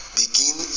begin